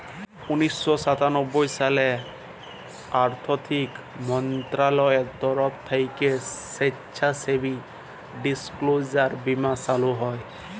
উনিশ শ সাতানব্বই সালে আথ্থিক মলত্রলালয়ের তরফ থ্যাইকে স্বেচ্ছাসেবী ডিসক্লোজার বীমা চালু হয়